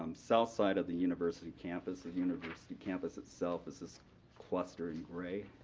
um south side of the university campus. the university campus itself is this cluster in gray.